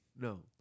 No